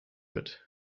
wird